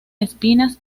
espinas